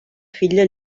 filla